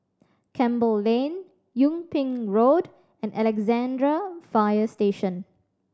Campbell Lane Yung Ping Road and Alexandra Fire Station